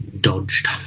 dodged